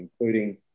including